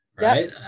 right